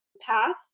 path